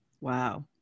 Wow